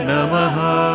Namaha